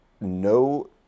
no